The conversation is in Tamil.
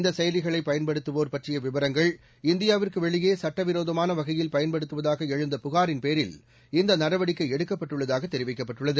இந்த செயலிகளைப் பயன்படுத்துவோர் பற்றிய விவரங்கள் இந்தியாவிற்கு வெளியே சட்டவிரோதமான வகையில் பயன்படுத்துவதாக எழுந்த புகாரின்பேரில் இந்த நடவடிக்கை எடுக்கப்பட்டுள்ளதாக தெரிவிக்கப்பட்டுள்ளது